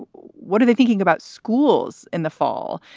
what are they thinking about schools in the fall?